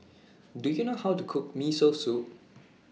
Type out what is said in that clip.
Do YOU know How to Cook Miso Soup